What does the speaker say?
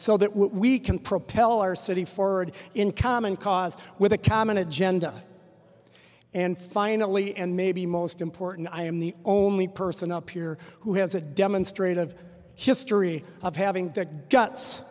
so that we can propel our city forward in common cause with a common agenda and finally and maybe most important i am the only person up here who have to demonstrate of history of having the guts